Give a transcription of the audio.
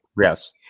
Yes